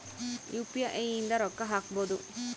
UPI ಇಂದ ರೊಕ್ಕ ಹಕ್ಬೋದು